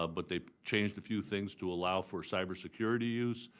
ah but they changed a few things to allow for cybersecurity use.